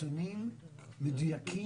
נתונים מדויקים,